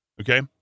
Okay